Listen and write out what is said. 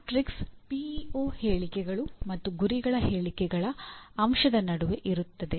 matrix PEO ಹೇಳಿಕೆಗಳು ಮತ್ತು ಗುರಿಗಳ ಹೇಳಿಕೆಗಳ ಅಂಶದ ನಡುವೆ ಇರುತ್ತದೆ